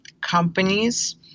companies